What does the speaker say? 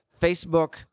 Facebook